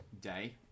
day